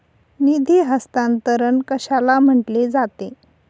निधी हस्तांतरण कशाला म्हटले जाते?